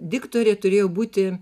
diktorė turėjo būti